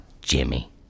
Jimmy